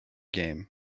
game